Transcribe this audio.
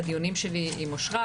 בדיונים שלי עם אושרה,